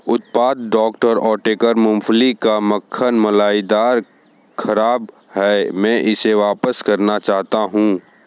उत्पाद doctor Oetker मूँगफली का मक्खन मलाईदार ख़राब है मैं इसे वापस करना चाहता हूँ